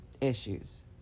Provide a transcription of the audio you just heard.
issues